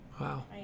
Wow